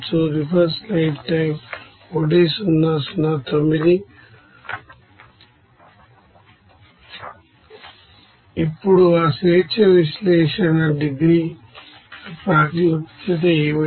ఇప్పుడు ఆడిగ్రీస్ of freedom analysis ప్రాముఖ్యత ఏమిటి